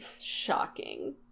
Shocking